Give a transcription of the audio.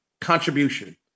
contribution